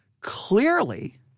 Clearly